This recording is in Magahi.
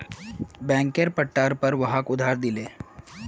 बैंकेर पट्टार पर वहाक उधार दिले